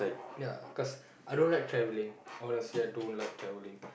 ya cause I don't like travelling honestly I don't like travelling